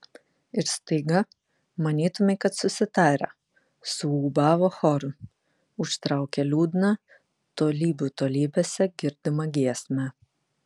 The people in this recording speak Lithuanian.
ir staiga manytumei kad susitarę suūbavo choru užtraukė liūdną tolybių tolybėse girdimą giesmę